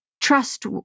trust